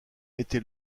été